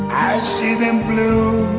i see them bloom